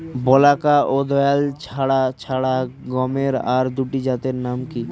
বলাকা ও দোয়েল ছাড়া গমের আরো দুটি জাতের নাম কি?